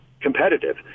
competitive